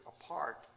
apart